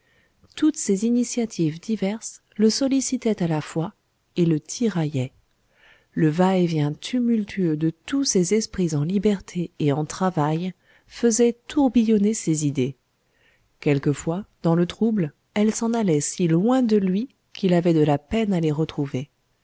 toutes ces initiatives diverses le sollicitaient à la fois et le tiraillaient le va-et-vient tumultueux de tous ces esprits en liberté et en travail faisait tourbillonner ses idées quelquefois dans le trouble elles s'en allaient si loin de lui qu'il avait de la peine à les retrouver